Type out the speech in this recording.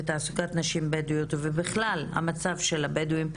תעסוקת נשים בדואיות ובכלל המצב של הבדואים.